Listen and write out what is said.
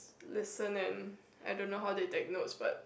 listen and I don't know how they take notes but